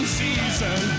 season